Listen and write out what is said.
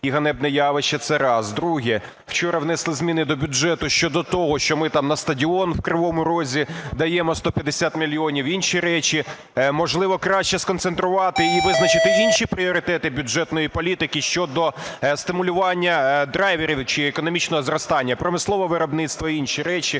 і ганебне явище. Це раз. Друге. Вчора внесли зміни до бюджету щодо того, що ми там на стадіон в Кривому Розі даємо 150 мільйонів, інші речі. Можливо, краще сконцентрувати і визначити інші пріоритети бюджетної політики щодо стимулювання драйверів чи економічного зростання, промислове виробництво і інші речі,